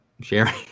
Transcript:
sharing